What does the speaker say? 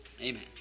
Amen